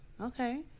okay